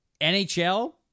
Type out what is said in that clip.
NHL